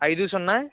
ఐదు సున్నా